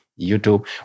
YouTube